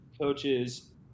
coaches